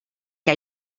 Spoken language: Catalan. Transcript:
que